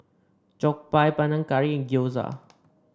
Jokbal Panang Curry and Gyoza